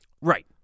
Right